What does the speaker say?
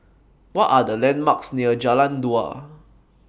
What Are The landmarks near Jalan Dua